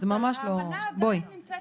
האמנה עדיין נמצאת מעל הכול.